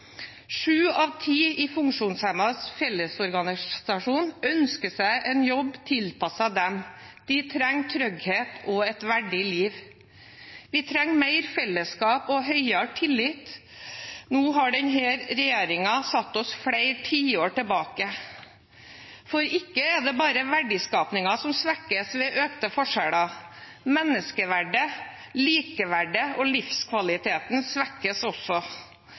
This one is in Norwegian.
Sju av ti i Funksjonshemmedes Fellesorganisasjon ønsker seg en jobb tilpasset dem. De trenger trygghet og et verdig liv. Vi trenger mer fellesskap og høyere tillit. Nå har denne regjeringen satt oss flere tiår tilbake. For det er ikke bare verdiskapingen som svekkes ved økte forskjeller. Menneskeverdet, likeverdet og livskvaliteten svekkes også.